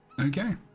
Okay